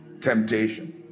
temptation